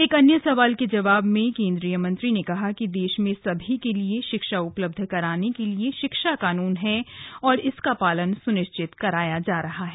एक अन्य सवाल के जवाब में केन्द्रीय मंत्री ने कहा कि देश में सभी के लिए शिक्षा उपलब्ध कराने के लिए शिक्षा कानून है और इसका पालन सुनिश्चित कराया जा रहा है